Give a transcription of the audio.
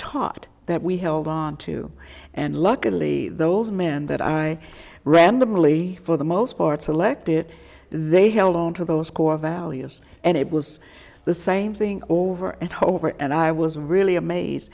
taught that we held onto and luckily those men that i randomly for the most part selected they held on to those core values and it was the same thing over and over and i was really amazed